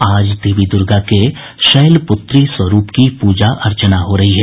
आज देवी दुर्गा के शैलपुत्री स्वरूप की प्रजा अर्चना हो रही है